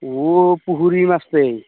ৱো পুখুৰী মাছে